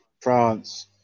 France